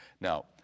now